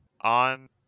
on